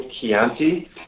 Chianti